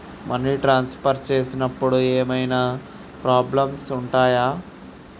Money transfer చేసేటప్పుడు ఏమైనా problems ఉంటయా?